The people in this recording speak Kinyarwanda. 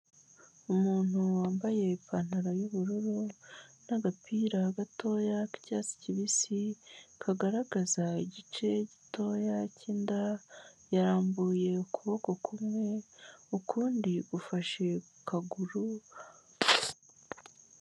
Umuntu wambaye ipantaro y'ubururu n'agapira gatoya k'icyatsi kibisi, kagaragaza igice gitoya cy'inda, yarambuye ukuboko k'umwe, ukundi gufashe ku kaguru.